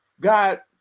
God